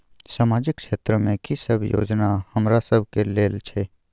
सामाजिक क्षेत्र में की सब योजना हमरा सब के लेल छै?